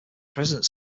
president